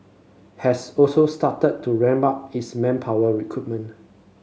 has also started to ramp up its manpower recruitment